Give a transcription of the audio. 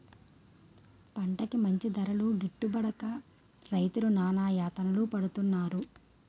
పంటకి మంచి ధరలు గిట్టుబడక రైతులు నానాయాతనలు పడుతున్నారు